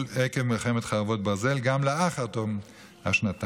עקב מלחמת חרבות ברזל גם לאחר תום השנתיים.